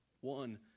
One